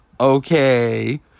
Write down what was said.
Okay